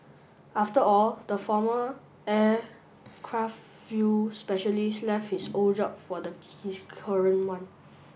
after all the former aircraft fuel specialist left his old job for the his current one